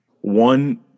one